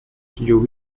studios